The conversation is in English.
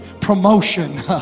promotion